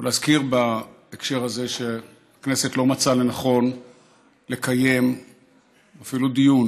ולהזכיר בהקשר הזה שהכנסת לא מצאה לנכון לקיים אפילו דיון